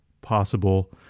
possible